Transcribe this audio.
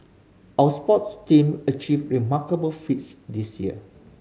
our sports team achieved remarkable feats this year